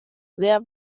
sehr